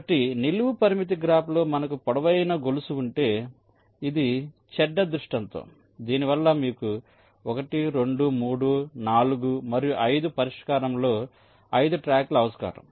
కాబట్టి నిలువు పరిమితి గ్రాఫ్లో మనకు పొడవైన గొలుసు ఉంటే ఇది చెడ్డ దృష్టాంతం దీనివల్ల మీకు 1 2 3 4 మరియు 5 పరిష్కారం లో 5 ట్రాక్లు అవసరం